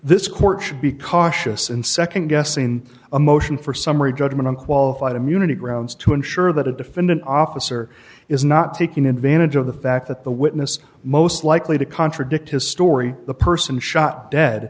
this court should be cautious and nd guessing a motion for summary judgment on qualified immunity grounds to ensure that a defendant officer is not taking advantage of the fact that the witness most likely to contradict his story the person shot dead